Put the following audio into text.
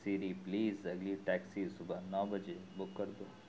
سری please اگلی taxi صبح نو بجے بک کر دو